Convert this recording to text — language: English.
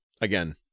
again